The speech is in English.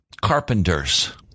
carpenters